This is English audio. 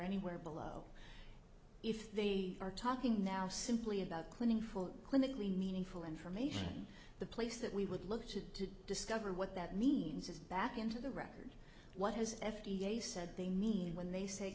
anywhere below if they are talking now simply about cloning full clinically meaningful information the place that we would look to discover what that means is back into the record what has f d a said they need when they say